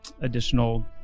additional